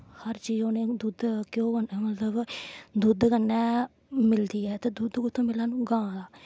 हर चीज उ'नें गी दुद्ध मतलब दुद्ध कन्नै गै मिलदी ऐ ते दुद्ध कुत्थूं मिलना गौ कोला दा